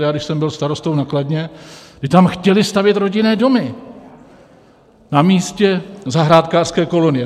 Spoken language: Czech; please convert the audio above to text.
Když jsem byl starostou na Kladně, my tam chtěli stavět rodinné domy na místě zahrádkářské kolonie.